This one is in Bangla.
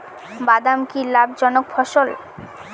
বাদাম কি লাভ জনক ফসল?